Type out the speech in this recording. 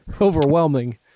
overwhelming